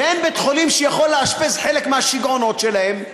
ואין בית-חולים שיכול לאשפז חלק מהשיגעונות שלהם,